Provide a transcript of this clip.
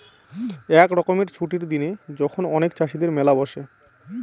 এক রকমের ছুটির দিনে যখন অনেক চাষীদের মেলা বসে